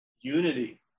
Unity